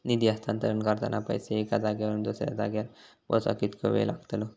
निधी हस्तांतरण करताना पैसे एक्या जाग्यावरून दुसऱ्या जाग्यार पोचाक कितको वेळ लागतलो?